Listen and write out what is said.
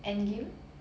endgame